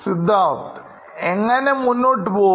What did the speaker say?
Siddharth എങ്ങനെ മുന്നോട്ടു പോകും